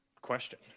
question